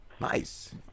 Nice